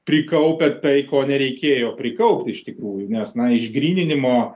prikaupę tai ko nereikėjo prikaupti iš tikrųjų nes na išgryninimo